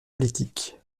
politiques